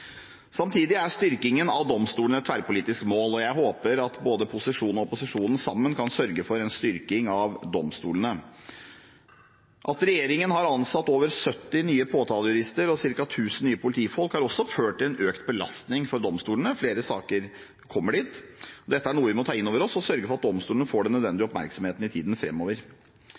Samtidig er styrking av domstolene et tverrpolitisk mål, og jeg håper at både posisjon og opposisjon sammen kan sørge for en styrking av domstolene. At regjeringen har ansatt over 70 nye påtalejurister og ca. 1 000 nye politifolk, har også ført til en økt belastning på domstolene. Flere saker kommer dit. Dette er noe vi må ta inn over oss, og sørge for at domstolene får den nødvendige oppmerksomheten i tiden fremover.